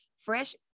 Fresh